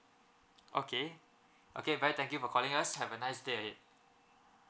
okay okay bye thank you for calling us have a nice day ahead